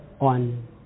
on